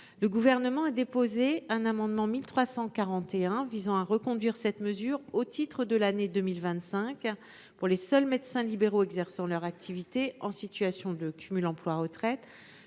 le présent texte un amendement n° 1341 visant à reconduire cette mesure, au titre de l’année 2025, pour les seuls médecins libéraux exerçant leur activité en situation de cumul emploi retraite